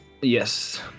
Yes